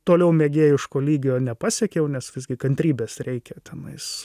toliau mėgėjiško lygio nepasiekiau nes visgi kantrybės reikia tenais